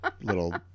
Little